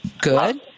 good